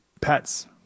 pets